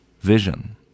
vision